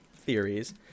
theories